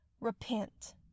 Repent